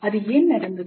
அது ஏன் நடந்தது